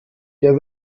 der